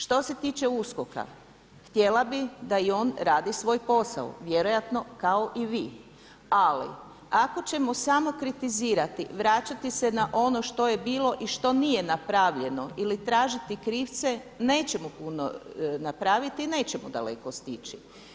Što se tiče USKOK-a htjela bih da i on radi svoj posao, vjerojatno kao i vi, ali ako ćemo samo kritizirati vraćati se na ono što je bilo i što nije napravljeno ili tražiti krivce, nećemo puno napraviti i nećemo daleko stići.